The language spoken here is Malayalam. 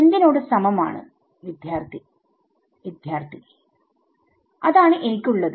എന്തിനോട് സമം ആണ് അതാണ് എനിക്കുള്ളത്